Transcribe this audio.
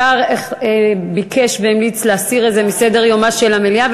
השר ביקש והמליץ להסיר את זה מסדר-יומה של המליאה,